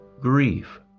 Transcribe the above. grief